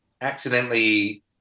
accidentally